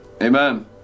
Amen